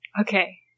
Okay